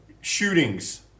shootings